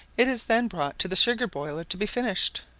it is then brought to the sugar-boiler to be finished.